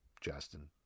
Justin